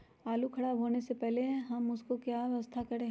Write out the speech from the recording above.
आलू खराब होने से पहले हम उसको क्या व्यवस्था करें?